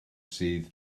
sydd